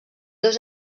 dos